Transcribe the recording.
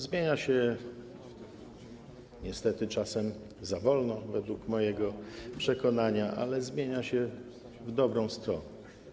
Zmienia się niestety czasem za wolno według mojego przekonania, ale zmienia się w dobrą stronę.